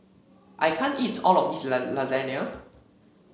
I can't eat all of this Lasagna